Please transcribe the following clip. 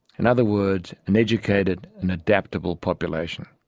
in other words, an educated and adaptable population.